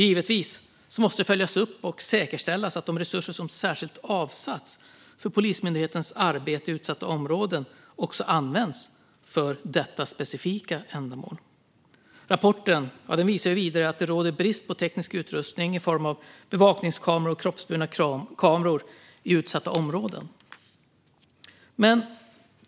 Givetvis måste det följas upp och säkerställas att de resurser som särskilt avsatts för Polismyndighetens arbete i utsatta områden också används för detta specifika ändamål. Rapporten visar vidare att det råder brist på teknisk utrustning i form av bevakningskameror och kroppsburna kameror i utsatta områden.